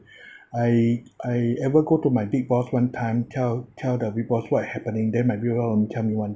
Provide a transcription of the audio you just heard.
I I even go to my big boss one time tell tell the big boss what happening then my big boss will tell me one